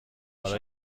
حالا